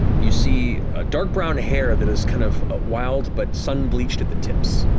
you see dark-brown hair that is kind of ah wild but sun-bleached at the tips.